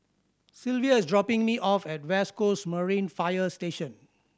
Sylvia is dropping me off at West Coast Marine Fire Station